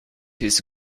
his